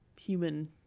human